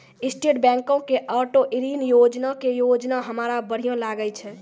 state बैंको के auto ऋण योजना के योजना हमरा बढ़िया लागलै